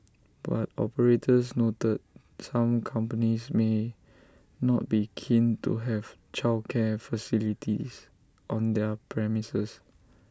but operators noted some companies may not be keen to have childcare facilities on their premises